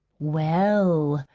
well,